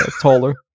taller